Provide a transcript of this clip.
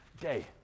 Day